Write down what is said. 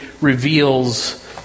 reveals